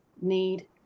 need